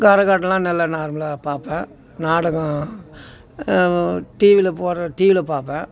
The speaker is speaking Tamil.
கரகாட்டமெலாம் நல்ல நார்மலாக பார்ப்பேன் நாடகம் டிவியில் போடுற டிவியில் பார்ப்பேன்